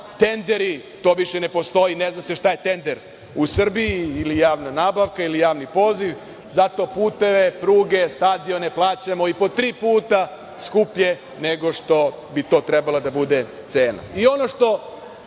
Tenderi, to više ne postoji. Ne zna se šta je tender u Srbiji ili javna nabavka ili javni poziv. Zato puteve, pruge, stadione plaćamo i po tri puta skuplje nego što bi to trebala da bude cena. Ono